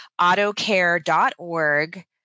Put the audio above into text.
AutoCare.org